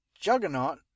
Juggernaut